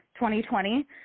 2020